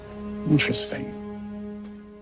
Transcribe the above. Interesting